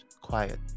quiet